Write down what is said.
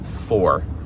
four